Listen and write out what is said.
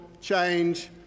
change